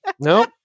No